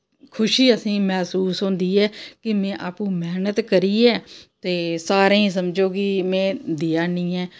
खुशी असें गी मैह्सूस होंदी ऐ कि में आपूं मैह्नत करियै ते सारें गी समझो कि में